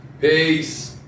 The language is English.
Peace